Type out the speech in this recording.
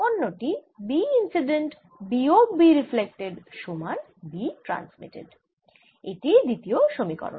অন্য টি B incident বিয়োগ B রিফ্লেক্টেড সমান B ট্রান্সমিটেড এটিই দ্বিতীয় সমীকরণ